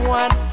one